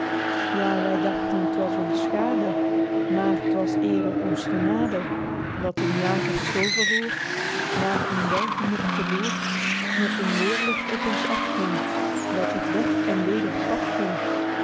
ja wy dachten t was ons schade maer t was eerder onz genade dat een jagers tooverroer naer een welgemikten loer met een weêrlicht op ons af ging dat het weg en weder paf ging